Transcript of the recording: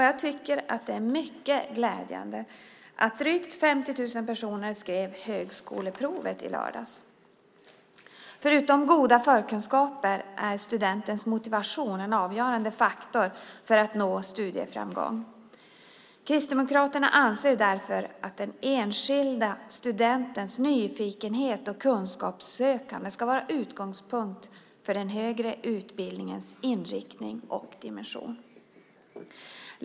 Jag tycker att det är mycket glädjande att drygt 50 000 personer skrev högskoleprovet i lördags. Förutom goda förkunskaper är studentens motivation en avgörande faktor för att nå studieframgång. Kristdemokraterna anser därför att den enskilda studentens nyfikenhet och kunskapssökande ska vara utgångspunkt för den högre utbildningens inriktning och dimension.